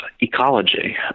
ecology